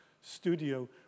studio